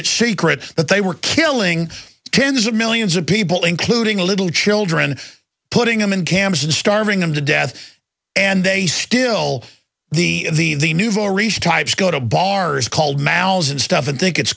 it secret that they were killing tens of millions of people including little children putting them in camps and starving them to death and they still the nouveau riche types go to bars called malice and stuff and think it's